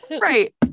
Right